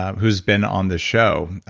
who's been on this show,